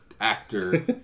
actor